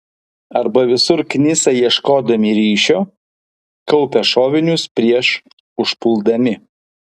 arba visur knisa ieškodami ryšio kaupia šovinius prieš užpuldami